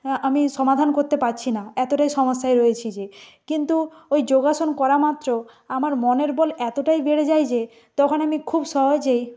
আমি সমাধান করতে পারছি না এতটাই সমস্যায় রয়েছি যে কিন্তু ওই যোগাসন করা মাত্র আমার মনের বল এতটাই বেড়ে যায় যে তখন আমি খুব সহজেই